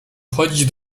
wchodzić